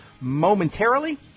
momentarily